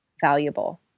valuable